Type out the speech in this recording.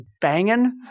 banging